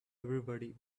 everybody